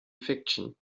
fiction